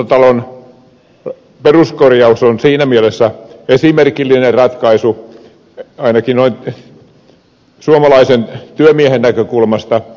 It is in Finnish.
tämä eduskuntatalon peruskorjaus on siinä mielessä esimerkillinen ratkaisu ainakin noin suomalaisen työmiehen näkökulmasta